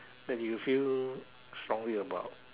that you feel strongly about